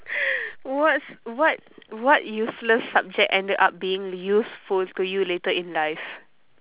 what's what what useless subject ended up being useful to you later in life